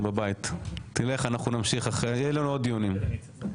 יהיו לנו עוד דיונים.